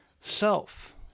self